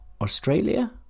Australia